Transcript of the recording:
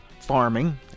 farming